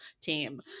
team